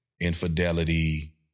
Infidelity